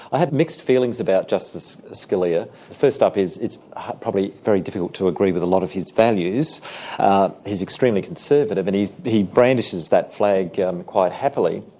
i have mixed feelings about justice scalia. first up, it's probably very difficult to agree with a lot of his values he's extremely conservative and he he brandishes that flag quite happily.